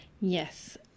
Yes